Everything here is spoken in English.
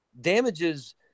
damages